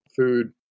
food